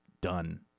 done